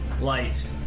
light